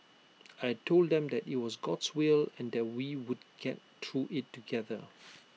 I Told them that IT was God's will and that we would get through IT together